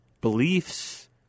beliefs